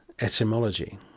etymology